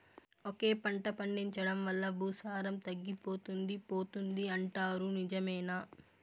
ఒకే పంట పండించడం వల్ల భూసారం తగ్గిపోతుంది పోతుంది అంటారు నిజమేనా